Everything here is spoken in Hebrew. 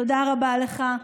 תודה רבה לך,